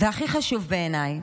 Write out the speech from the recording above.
הכי חשוב בעיניי: